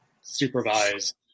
supervised